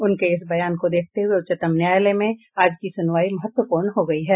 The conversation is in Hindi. उनके इस बयान को देखते हुए उच्चतम न्यायालय में आज की सुनवाई महत्वपूर्ण हो गई है